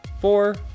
four